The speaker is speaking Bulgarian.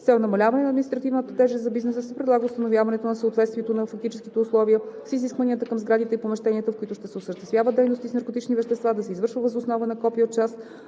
цел намаляване на административната тежест за бизнеса се предлага установяването на съответствието на фактическите условия с изискванията към сградите и помещенията, в които ще се осъществяват дейности с наркотични вещества, да се извършва въз основа на копие от част